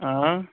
اۭں